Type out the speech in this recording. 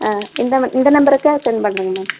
ஆ இந்த ந இந்த நம்பருக்கே செண்ட் பண்ணுங்கள் மேம்